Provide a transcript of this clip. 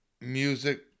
music